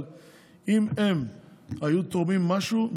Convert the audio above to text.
אבל אם הם היו תורמים משהו,